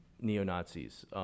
neo-Nazis